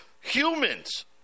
humans